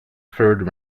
third